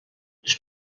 les